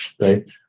right